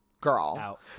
girl